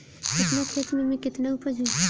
केतना खेत में में केतना उपज होई?